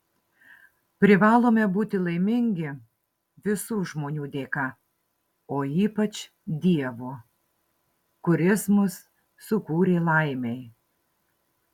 privalome būti laimingi visų žmonių dėka o ypač dievo kuris mus sukūrė laimei